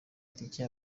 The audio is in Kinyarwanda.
tike